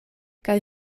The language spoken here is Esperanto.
kaj